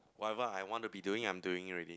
whatever I want to be doing I'm doing it already